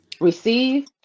receive